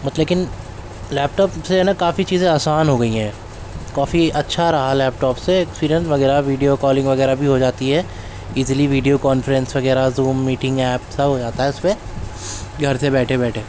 but لیکن laptop سے ہے نا کافی چیزیں آسان ہو گئی ہیں کافی اچھا رہا لیپ ٹاپ سے ایکسپیرئنس وغیرہ ویڈیو کالنگ وغیرہ بھی ہو جاتی ہے ایزلی ویڈیو کانفرنس وغیرہ زوم میٹنگ ایپ سب ہو جاتا ہے اس پہ گھر سے بیٹھے بیٹھے